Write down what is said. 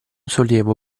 sollievo